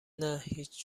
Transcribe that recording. نه، هیچ